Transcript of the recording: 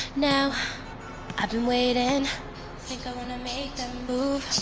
now i've been waiting think i wanna make that move,